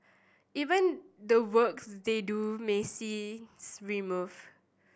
even the works they do may see removed